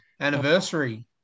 anniversary